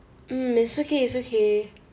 mm it's okay it's okay